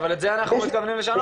אבל את זה אנחנו מתכוונים לשנות.